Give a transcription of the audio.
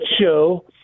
show